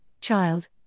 child